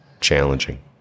challenging